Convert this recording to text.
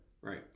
right